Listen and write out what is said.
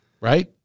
right